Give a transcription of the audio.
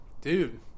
dude